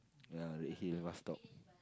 ya Redhill bus stop